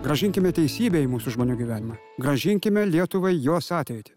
grąžinkime teisybę į mūsų žmonių gyvenimą grąžinkime lietuvai jos ateitį